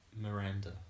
Miranda